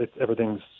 everything's